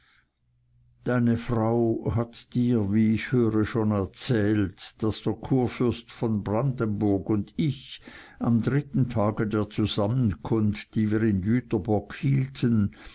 deine frau hat dir wie ich höre schon erzählt daß der kurfürst von brandenburg und ich am dritten tage der zusammenkunft die wir in jüterbock hielten